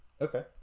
okay